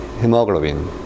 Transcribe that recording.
hemoglobin